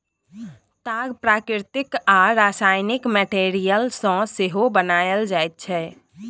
ताग प्राकृतिक आ रासायनिक मैटीरियल सँ सेहो बनाएल जाइ छै